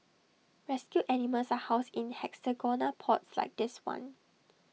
rescued animals are housed in hexagonal pods like this one